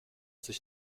sich